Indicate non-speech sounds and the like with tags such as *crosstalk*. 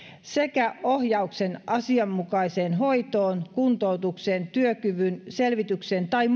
sekä ohjauksen asianmukaiseen hoitoon kuntoutukseen työkyvyn selvitykseen tai *unintelligible*